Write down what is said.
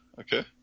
okay